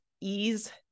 ease